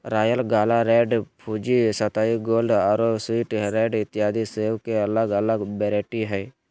royal gala, red Fuji, सताई gold आरो sweet red इत्यादि सेब के अलग अलग वैरायटी हय